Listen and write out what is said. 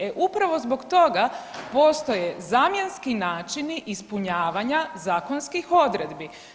E upravo zbog toga postoje zamjenski načini ispunjavanja zakonskih odredbi.